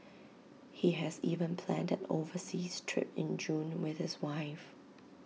he has even planned overseas trip in June with his wife